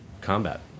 combat